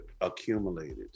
accumulated